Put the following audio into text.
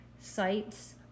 sites